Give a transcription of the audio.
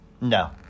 No